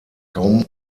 kaum